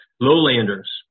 lowlanders